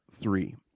Three